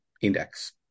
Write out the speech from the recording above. index